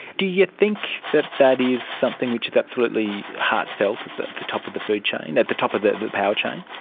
do you think that that is something which is absolutely heartfelt at the top of the food chain, at the top of the power chain?